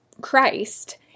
Christ